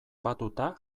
batuta